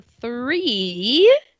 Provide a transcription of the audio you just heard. three